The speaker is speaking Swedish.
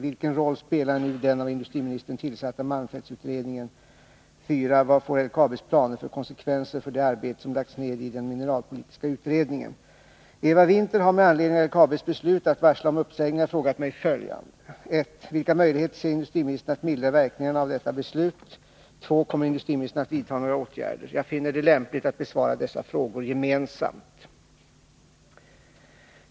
Vilken roll spelar nu den av industriministern tillsatta malmfältsutredningen? 4. Vad får LKAB:s planer för konsekvenser för det arbete som lagts ned i den mineralpolitiska utredningen? Eva Winther har med anledning av LKAB:s beslut att varsla om uppsägningar frågat mig följande: 1. Vilka möjligheter ser industriministern att mildra verkningarna av detta beslut? Jag finner det lämpligt att besvara dessa frågor gemensamt.